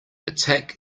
attack